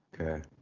Okay